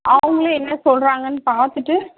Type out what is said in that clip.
அவங்களும் என்ன சொல்லுறாங்கன்னு பார்த்துட்டு